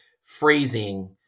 phrasing